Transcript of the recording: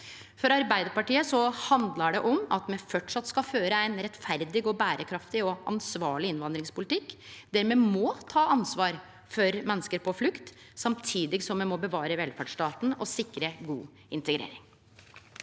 For Arbeidarpartiet handlar det om at me framleis skal føre ein rettferdig, berekraftig og ansvarleg innvandringspolitikk der me må ta ansvar for menneske på flukt samtidig som me må bevare velferdsstaten og sikre god integrering.